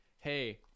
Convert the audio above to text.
hey